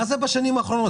מה זה "בשנים האחרונות"?